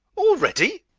already?